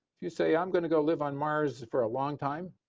if you say i'm going live on mars for a long time,